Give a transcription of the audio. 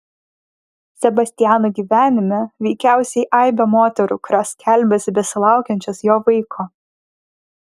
sebastiano gyvenime veikiausiai aibė moterų kurios skelbiasi besilaukiančios jo vaiko